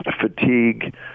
fatigue